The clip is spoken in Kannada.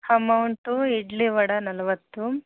ಅಮೌಂಟು ಇಡ್ಲಿ ವಡಾ ನಲ್ವತ್ತು